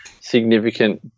significant